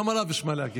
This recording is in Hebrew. גם עליו יש מה להגיד,